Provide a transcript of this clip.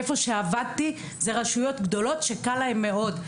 איפה שעבדתי זה רשויות גדולות שקל להן מאוד,